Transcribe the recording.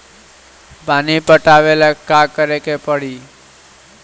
पानी पटावेला का करे के परी?